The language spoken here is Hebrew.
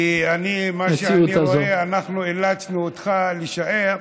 כי אני, מה שאני רואה, אנחנו אילצנו אותך להישאר.